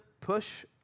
push